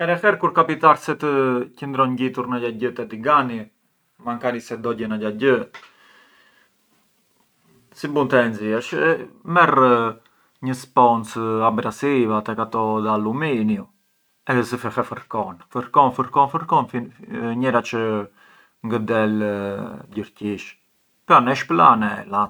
Herë e herë kur kapitar se të qëndron ngjitur ndo gjagjë te digani mankari se dogje ndo gjagje, si bun të e nxiersh, merr një sponcë abrasiva, tek ato di alluminiu e zë fill e fërkon, fërkon fërkon fërkon njera çë ngë del gjërgjish, pran e shplan e bonu.